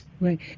Right